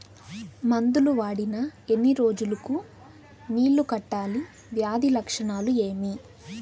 మందులు వాడిన ఎన్ని రోజులు కు నీళ్ళు కట్టాలి, వ్యాధి లక్షణాలు ఏమి?